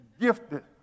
gifted